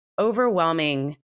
overwhelming